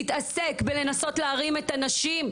תתעסק בלנסות להרים את הנשים,